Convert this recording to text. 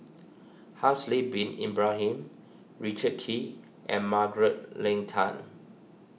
Haslir Bin Ibrahim Richard Kee and Margaret Leng Tan